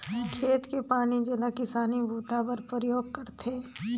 खेत के पानी जेला किसानी बूता बर परयोग करथे